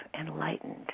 enlightened